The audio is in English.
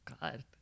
God